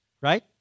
right